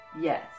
Yes